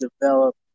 develop